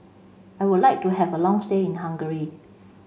I would like to have a long stay in Hungary